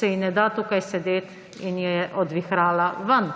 se ji ne da tukaj sedeti in je odvihrala ven.